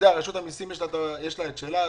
רשות המיסים יש לה את שלה,